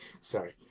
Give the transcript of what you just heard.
Sorry